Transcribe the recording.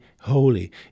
holy